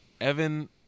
Evan